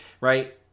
right